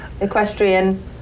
equestrian